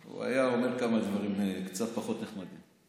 הוא היה אומר כמה דברים קצת פחות נחמדים.